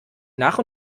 nach